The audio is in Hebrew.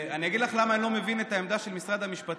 אני אגיד לך למה אני לא מבין את העמדה של משרד המשפטים,